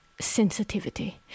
sensitivity